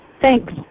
Thanks